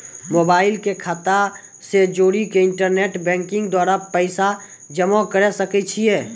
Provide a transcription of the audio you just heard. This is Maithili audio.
मोबाइल के खाता से जोड़ी के इंटरनेट बैंकिंग के द्वारा पैसा जमा करे सकय छियै?